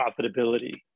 profitability